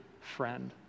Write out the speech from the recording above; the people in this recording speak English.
friend